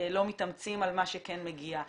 מתאמצים על מה שכן מגיע.